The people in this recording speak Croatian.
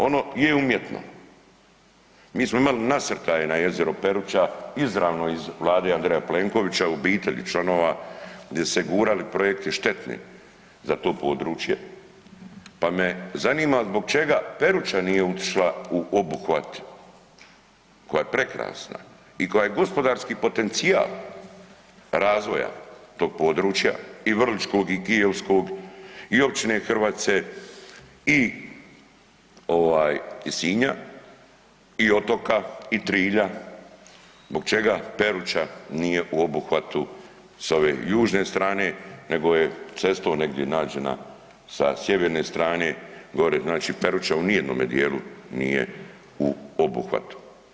Ono je umjetno, mi smo imali nasrtaje na jezero Peruča, izravno iz Vlade A. Plenkovića, obitelji članova gdje su se gurali projekti šteni za to područje pa me zanima zbog čega Peruča nije otišla u obuhvat koja je prekrasna i koja je gospodarski potencijal razvoja tog područja, i vrličkog, i kijevskog i općine Hrvace i Sinja i Otoka, i Trilja, zbog Peruča nije u obuhvatu sa ove južne strane nego je cestom negdje nađena sa sjeverne strane, fore znači Peruča u nijednome djelu nije u obuhvatu.